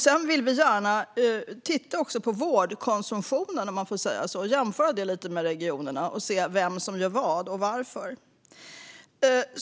Vi vill också gärna titta på vårdkonsumtionen, om man får säga så, och jämföra lite mellan regionerna och se vem som gör vad och varför.